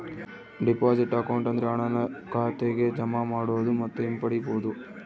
deposit account ಅಂದ್ರೆ ಹಣನ ಖಾತೆಗೆ ಜಮಾ ಮಾಡೋದು ಮತ್ತು ಹಿಂಪಡಿಬೋದು